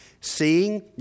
Seeing